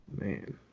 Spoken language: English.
Man